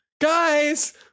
Guys